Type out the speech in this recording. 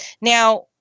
Now